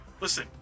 Listen